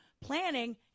planning